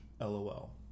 LOL